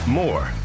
more